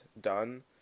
done